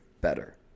better